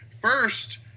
First